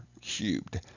cubed